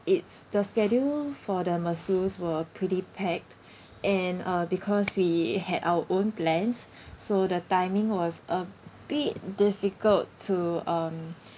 it's the schedule for the masseurs were pretty packed and uh because we had our own plans so the timing was a bit difficult to um